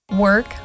Work